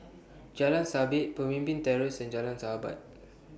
Jalan Sabit Pemimpin Terrace and Jalan Sahabat